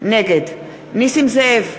נגד נסים זאב,